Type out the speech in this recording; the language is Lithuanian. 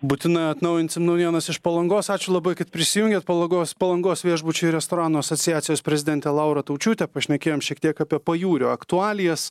būtinai atnaujinsim naujienas iš palangos ačiū labai kad prisijungėt palangos palangos viešbučių ir restoranų asociacijos prezidente laura taučiūte pašnekėjom šiek tiek apie pajūrio aktualijas